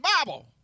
Bible